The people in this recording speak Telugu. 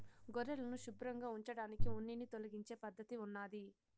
గొర్రెలను శుభ్రంగా ఉంచడానికి ఉన్నిని తొలగించే పద్ధతి ఉన్నాది